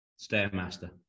Stairmaster